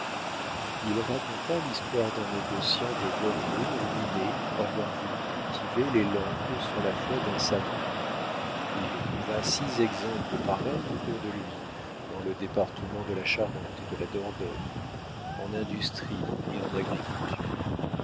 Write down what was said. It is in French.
il raconta l'histoire d'un négociant de bordeaux ruiné pour avoir voulu cultiver les landes sur la foi d'un savant il trouva six exemples pareils autour de lui dans le département de la charente et de la dordogne en industrie et en agriculture